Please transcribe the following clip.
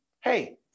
Hey